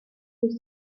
was